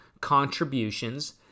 contributions